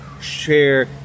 share